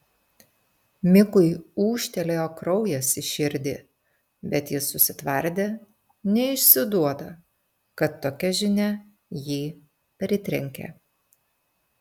mikui ūžtelėjo kraujas į širdį bet jis susitvardė neišsiduoda kad tokia žinia jį pritrenkė